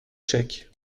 chèques